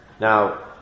Now